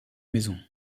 maison